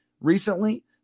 recently